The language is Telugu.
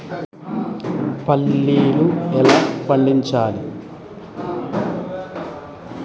పల్లీలు ఎలా పండించాలి?